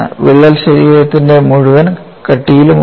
വിള്ളൽ ശരീരത്തിന്റെ മുഴുവൻ കട്ടിയിലും ഉണ്ട്